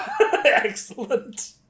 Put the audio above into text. excellent